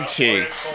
Cheeks